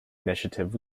initiative